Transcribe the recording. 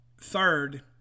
third